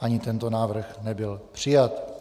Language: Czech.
Ani tento návrh nebyl přijat.